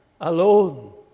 alone